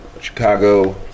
Chicago